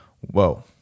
whoa